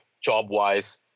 job-wise